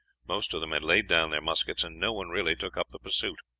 most of them had laid down their muskets, and no one really took up the pursuit.